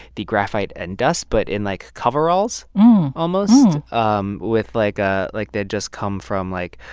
the graphite and dust but in, like, coveralls almost um with, like, a like, they'd just come from, like,